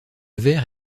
vers